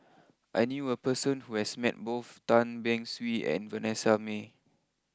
I knew a person who has met both Tan Beng Swee and Vanessa Mae